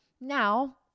Now